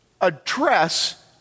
address